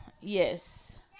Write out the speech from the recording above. Yes